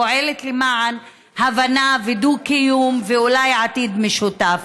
פועל למען הבנה ודו-קיום ואולי עתיד משותף.